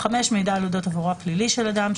(5)מידע על אודות עברו הפלילי של אדם,